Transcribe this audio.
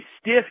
stiff